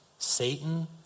Satan